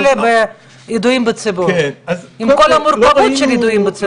עם כל המורכבות של ידועים בציבור.